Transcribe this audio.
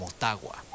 Motagua